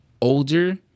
older